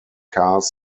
cars